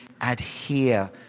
adhere